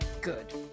Good